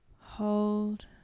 Hold